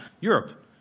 Europe